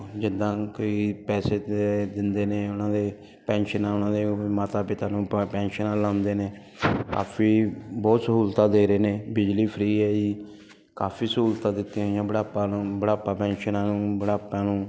ਜਿੱਦਾਂ ਕੋਈ ਪੈਸੇ ਦੇ ਦਿੰਦੇ ਨੇ ਉਹਨਾਂ ਦੇ ਪੈਨਸ਼ਨਾਂ ਉਹਨਾਂ ਦੇ ਮਾਤਾ ਪਿਤਾ ਨੂੰ ਪੈਨਸ਼ਨਾਂ ਲਾਉਂਦੇ ਨੇ ਕਾਫ਼ੀ ਬਹੁਤ ਸਹੂਲਤਾਂ ਦੇ ਰਹੇ ਨੇ ਬਿਜਲੀ ਫਰੀ ਹੈ ਜੀ ਕਾਫ਼ੀ ਸਹੂਲਤਾਂ ਦਿੱਤੀਆਂ ਹੋਈਆਂ ਬੁਢਾਪਾ ਨੂੰ ਬੁਢਾਪਾ ਪੈਨਸ਼ਨਾਂ ਨੂੰ ਬੁਢਾਪਾ ਨੂੰ